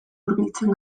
hurbiltzen